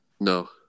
No